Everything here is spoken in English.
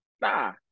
Nah